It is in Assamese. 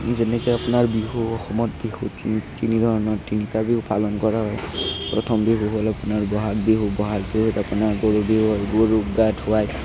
যেনেকৈ আপোনাৰ বিহু অসমত বিহু তিনি তিনি ধৰণৰ তিনিটা বিহু পালন কৰা হয় প্ৰথম বিহু হ'ল আপোনাৰ বহাগ বিহু বহাগ বিহুত আপোনাৰ গৰু বিহু গৰুক গা ধুৱায়